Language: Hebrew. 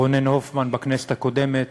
רונן הופמן בכנסת הקודמת